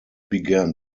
began